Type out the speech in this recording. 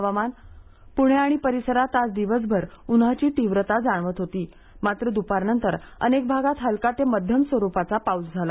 हवामान प्रणे आणि परिसरात आज दिवसभर उन्हाची तीव्रता जाणवत होती मात्र द्पारनंतर अनेक भागात हलका ते मध्यम स्वरूपाचा पाऊस झाला